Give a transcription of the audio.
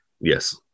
Yes